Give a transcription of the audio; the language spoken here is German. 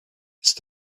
ist